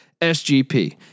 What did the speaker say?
SGP